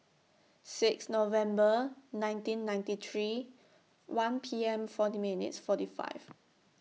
six November nineteen ninety three one P M forty minutes forty five